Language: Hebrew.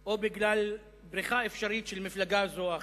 או בגלל בריחה אפשרית של מפלגה זו או אחרת,